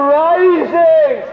rising